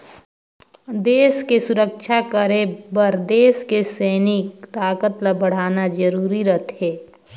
देस के सुरक्छा करे बर देस के सइनिक ताकत ल बड़हाना जरूरी रथें